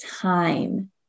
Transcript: time